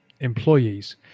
employees